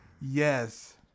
Yes